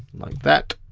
like that.